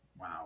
wow